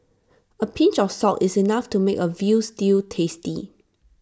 A pinch of salt is enough to make A Veal Stew tasty